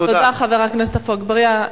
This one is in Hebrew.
תודה לחבר הכנסת עפו אגבאריה.